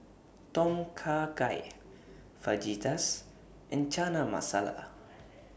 Tom Kha Gai Fajitas and Chana Masala